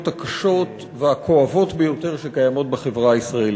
הקשות והכואבות ביותר שקיימות בחברה הישראלית.